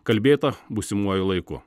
kalbėta būsimuoju laiku